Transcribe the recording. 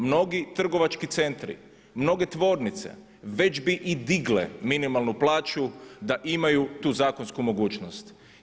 Mnogi trgovački centri, mnoge tvornice već bi i digle minimalnu plaću da imaju tu zakonsku mogućnost.